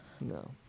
no